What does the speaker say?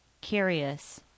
Curious